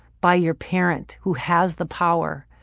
by your parent, who has the power,